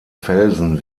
felsen